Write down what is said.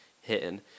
hitting